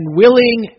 willing